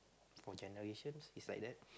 for generations it's like that